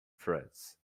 france